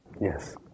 Yes